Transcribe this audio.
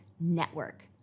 network